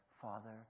Father